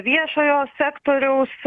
viešojo sektoriaus